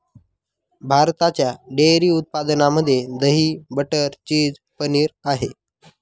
भारताच्या डेअरी उत्पादनामध्ये दही, बटर, चीज, पनीर आहे